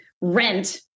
rent